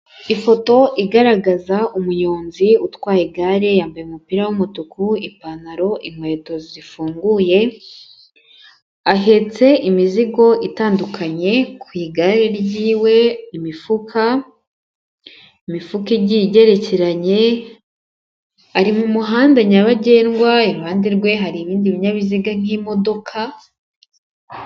Ifoto igaragaza umuyonzi utwaye igare, yambaye umupira w'umutuku ipantaro, inkweto zifunguye, ahetse imizigo itandukanye ku igare ryiwe imifuka, imifuka igiye igerekeranye, ari mu muhanda nyabagendwa iruhande rwe, hari ibindi binyabiziga nk'imodoka.